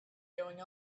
going